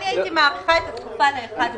אני הייתי מאריכה את התקופה ל-1 ביולי.